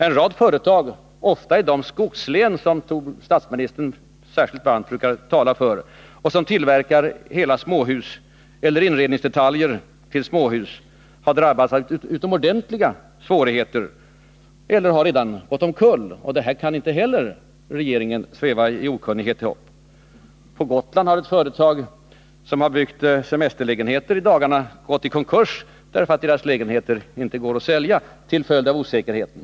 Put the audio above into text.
En rad företag, ofta i de skogslän som statsministern särskilt varmt brukar tala för, som tillverkar hela småhus eller inredningsdetaljer till småhus har drabbats av utomordentliga svårigheter eller har redan gått omkull. Inte heller detta kan regeringen sväva i okunnighet om. På Gotland har ett företag, som byggt semesterlägenheter, i dagarna gått i konkurs, därför att dess lägenheter inte går att sälja till följd av osäkerheten.